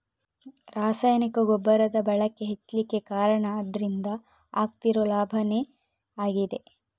ರಾಸಾಯನಿಕ ಗೊಬ್ಬರದ ಬಳಕೆ ಹೆಚ್ಲಿಕ್ಕೆ ಕಾರಣ ಅದ್ರಿಂದ ಆಗ್ತಿರೋ ಲಾಭಾನೇ ಆಗಿದೆ